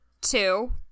two